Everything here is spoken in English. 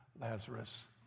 Lazarus